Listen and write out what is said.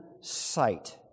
sight